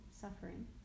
suffering